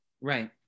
right